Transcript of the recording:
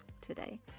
today